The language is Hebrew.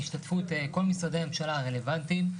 בהשתתפות כל משרדי הממשלה הרלוונטיים,